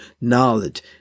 knowledge